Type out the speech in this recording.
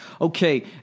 Okay